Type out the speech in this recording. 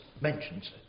mentions